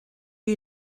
you